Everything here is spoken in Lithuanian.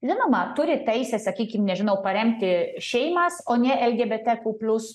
žinoma turi teisę sakykim nežinau paremti šeimas o ne lgbt kuplius